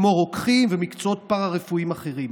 כגון רוקחים ומקצועות פארה-רפואיים אחרים.